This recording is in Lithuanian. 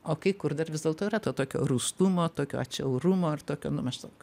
o kai kur dar vis dėlto yra tokio rūstumo tokio atšiaurumo ar tokio nu maždaug